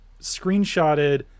screenshotted